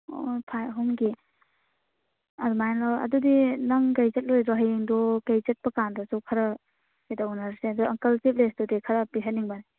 ꯑꯣ ꯐꯥꯏ ꯑꯍꯨꯝꯒꯤ ꯑꯗꯨꯃꯥꯏꯅ ꯂꯧꯔꯣ ꯑꯗꯨꯗꯤ ꯅꯪ ꯀꯩ ꯆꯠꯂꯣꯏꯗꯔꯣ ꯍꯌꯦꯡꯗꯨ ꯀꯩ ꯆꯠꯄꯀꯥꯟꯗꯁꯨ ꯈꯔ ꯀꯩꯗꯧꯅꯔꯁꯦ ꯑꯗꯣ ꯑꯪꯀꯜ ꯆꯤꯞ ꯂꯦꯁꯇꯨꯗꯤ ꯈꯔ ꯄꯤꯍꯟꯅꯤꯡꯕꯅꯤ